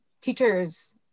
teachers